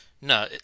No